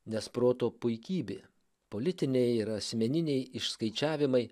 nes proto puikybė politiniai ir asmeniniai išskaičiavimai